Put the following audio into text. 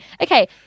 okay